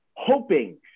hoping